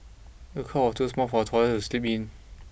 the cot was too small for the toddler to sleep in